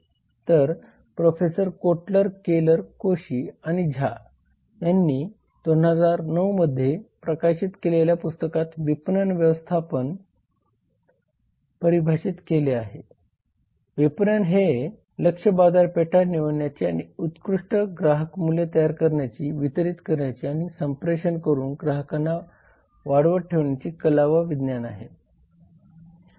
तर professor Kotler Keller Koshy आणि झा यांनी 2009 मध्ये प्रकाशित केलेल्या पुस्तकात विपणन व्यवस्थापन परिभाषित केले आहे विपणन हे लक्ष्य बाजारपेठा निवडण्याची आणि उत्कृष्ट ग्राहक मूल्य तयार करण्याची वितरित करण्याची आणि संप्रेषण करून ग्राहकांना वाढवत ठेवण्याची कला व विज्ञान आहे